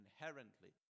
inherently